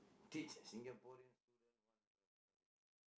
teach a Singaporean student one eh this one read already